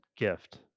gift